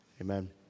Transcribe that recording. Amen